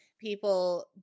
people